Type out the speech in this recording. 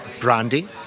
brandy